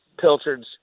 pilchards